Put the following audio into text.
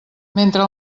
mentre